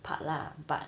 part lah but